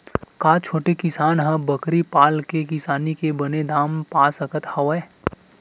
का छोटे किसान ह बकरी पाल के किसानी के बने दाम पा सकत हवय?